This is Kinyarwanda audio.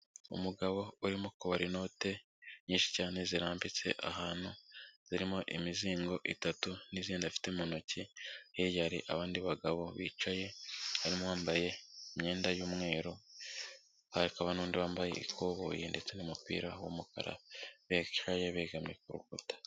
Umugabo urimo kubara inote nyinshi cyane zirambitse ahantu, zirimo imizingo itatu n'izindi afite mu ntoki, hirya hari abandi bagabo bicaye, harimo uwambaye imyenda y'umweru, hakaba n'undi wambaye ikoboyi ndetse n'umupira w'umukara bicaye begamiye ku rukuta.